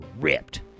ripped